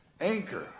anchor